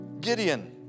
Gideon